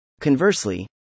Conversely